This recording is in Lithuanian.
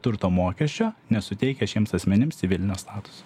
turto mokesčio nesuteikę šiems asmenims civilinio statuso